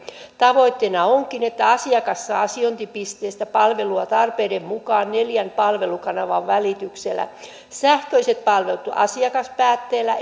tavoitteena onkin että asiakas saa asiointipisteestä palvelua tarpeiden mukaan neljän palvelukanavan välityksellä sähköiset palvelut asiakaspäätteellä